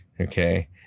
okay